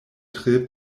tre